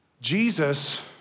Jesus